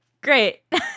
Great